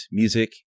music